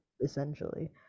essentially